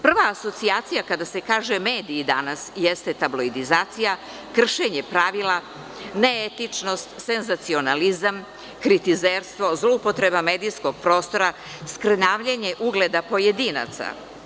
Prva asocijacija kada se kaže „mediji“ danas jeste tabloidizacija, kršenje pravila, neetičnost, senzacionalizam, kritizerstvo, zloupotreba medijskog prostora, skrnavljenje ugleda pojedinaca.